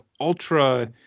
ultra-